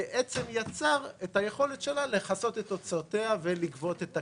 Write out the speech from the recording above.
ויצר את היכולת שלה לכסות את הוצאותיה ולגבות את הכספים.